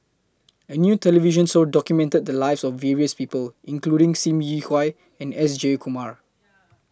A New television Show documented The Lives of various People including SIM Yi Hui and S Jayakumar